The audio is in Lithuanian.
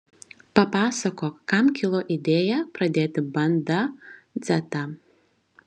papasakok kam kilo idėja pradėti banda dzetą